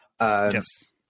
Yes